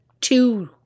two